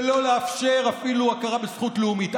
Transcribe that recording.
ואפילו לא לאפשר הכרה בזכות לאומית.